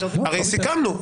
הרי סיכמנו,